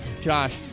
Josh